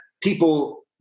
people